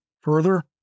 further